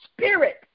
Spirit